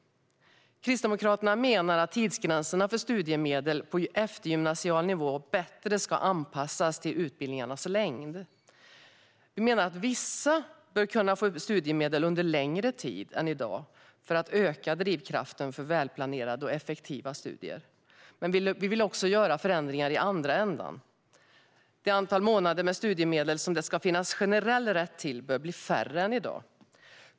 Kristdemokraterna menar att tidsgränserna för studiemedel på eftergymnasial nivå bör anpassas till utbildningarnas längd på ett bättre sätt. Vi menar att vissa bör kunna få studiemedel under längre tid än i dag för att öka drivkraften för välplanerade och effektiva studier. Vi vill också göra förändringar i andra änden. Det antal månader med studiemedel som det ska finnas generell rätt till bör bli färre än i dag.